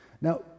Now